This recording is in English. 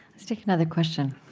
let's take another question